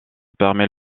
permet